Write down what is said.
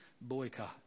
boycott